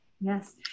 Yes